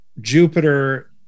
Jupiter